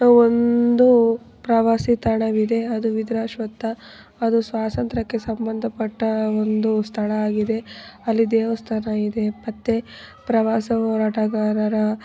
ಒಂದು ಪ್ರವಾಸಿ ತಾಣವಿದೆ ಅದು ವಿಧುರಾಶ್ವತ್ಥ ಅದು ಸ್ವಾತಂತ್ರ್ಯಕ್ಕೆ ಸಂಬಂಧಪಟ್ಟ ಒಂದು ಸ್ಥಳ ಆಗಿದೆ ಅಲ್ಲಿ ದೇವಸ್ಥಾನ ಇದೆ ಮತ್ತು ಪ್ರವಾಸ ಹೋರಾಟಗಾರರ